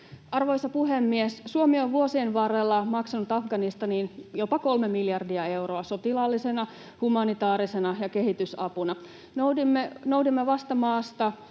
Arvoisa puhemies! Suomi on vuosien varrella maksanut Afganistaniin jopa 3 miljardia euroa sotilaallisena, humanitaarisena ja kehitysapuna. Noudimme vasta maasta